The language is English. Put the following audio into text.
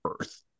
Earth